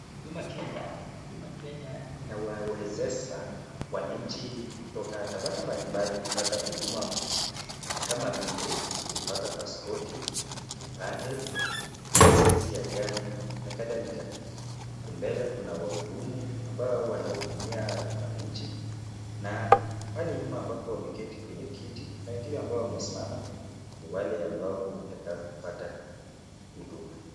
Huduma Kenya. Huduma Kenya inawawezesha wananchi kutoka tabaka mbalimbali kupata huduma kama vile kupata pasipoti, kipande, lesensi ya gari na kadhalika. Huku mbele kuna wahudumu ambao wanahudumia wananchi na pale nyuma ambapo wameketi kwenye kiti na wengine ambao wamesimama ni wale ambao wanataka kupata huduma.